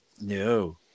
No